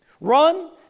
Run